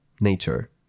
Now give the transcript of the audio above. nature